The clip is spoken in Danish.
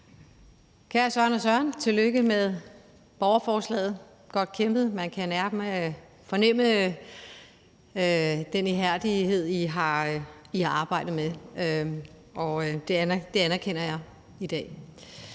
Kære Søren og Søren. Tillykke med borgerforslaget. Godt kæmpet, man kan fornemme den ihærdighed, I har arbejdet med, og det anerkender jeg i dag,